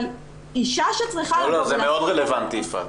לא, לא, זה מאוד רלוונטי, יפעת.